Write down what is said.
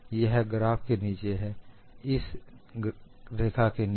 यह ग्राफ के नीचे है इस रेखा के नीचे